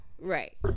Right